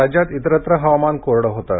राज्यात इतरत्र हवामान कोरडं होतं